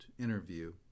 interview